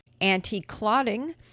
anti-clotting